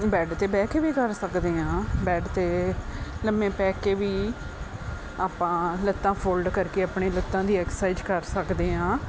bed 'ਤੇ ਬਹਿ ਕੇ ਵੀ ਕਰ ਸਕਦੇ ਹਾਂ ਬੈਡ 'ਤੇ ਲੰਮੇ ਪੈ ਕੇ ਵੀ ਆਪਾਂ ਲੱਤਾਂ ਫੋਲਡ ਕਰਕੇ ਆਪਣੇ ਲੱਤਾਂ ਦੀ ਐਕਸਰਸਾਈਜ਼ ਕਰ ਸਕਦੇ ਹਾਂ